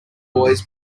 boys